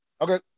Okay